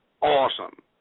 awesome